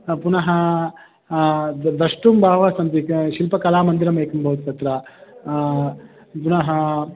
पुनः द द्रष्टुं बहवः सन्ति शिल्पकलामन्दिरम् एकं भवति तत्र पुनः